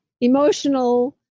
emotional